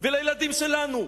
ולילדים שלנו,